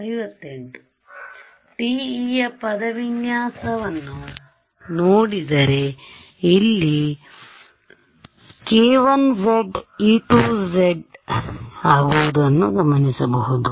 TE ಯ ಪದವಿನ್ಯಾಸವನ್ನು ನೋಡಿದರೆ ಇಲ್ಲಿ k1z e2z ಆಗುವುದನ್ನು ಗಮನಿಸಬಹುದು